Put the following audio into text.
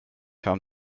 haben